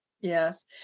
Yes